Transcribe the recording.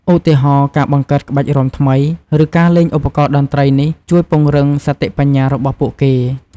ឧទាហរណ៍ ការបង្កើតក្បាច់រាំថ្មី ឬការលេងឧបករណ៍តន្ត្រីនេះជួយពង្រឹងសតិបញ្ញារបស់ពួកគេ។